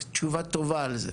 זו שאלה אחת, צריך תשובה טובה עליה.